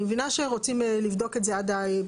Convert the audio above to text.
אני מבינה שרוצים לבדוק את זה עדיין,